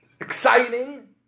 exciting